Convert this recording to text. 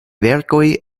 verkoj